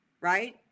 right